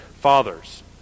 fathers